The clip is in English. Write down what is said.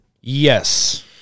Yes